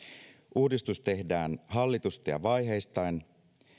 uudistus tehdään hallitusti ja vaiheistaen